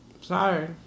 Sorry